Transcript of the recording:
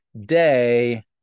day